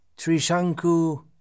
Trishanku